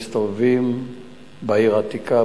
מסתובבים בעיר העתיקה,